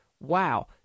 wow